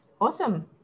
Awesome